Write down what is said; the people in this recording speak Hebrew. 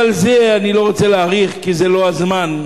אני לא רוצה להאריך, כי זה לא הזמן.